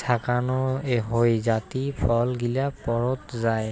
ঝাঁকানো হই যাতি ফল গিলা পড়ত যাই